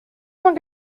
cent